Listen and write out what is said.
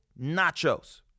nachos